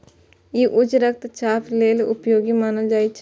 ई उच्च रक्तचाप लेल उपयोगी मानल जाइ छै